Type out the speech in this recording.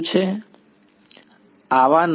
Student આવા નથી